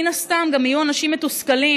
מן הסתם גם יהיו אנשים מתוסכלים,